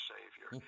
Savior